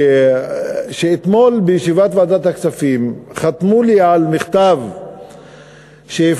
שאתמול בישיבת ועדת הכספים חתמו לי על מכתב שהפניתי